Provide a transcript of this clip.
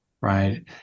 right